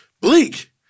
bleak